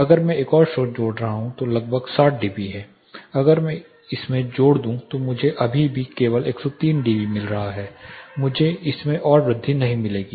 अगर मैं एक और स्रोत जोड़ रहा हूं जो लगभग 60 डीबी है अगर मैं इसे इसमें जोड़ दूं तो मुझे अभी भी केवल 103 डीबी मिल रहा है मुझे इसमें और वृद्धि नहीं मिलेगी